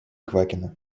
квакина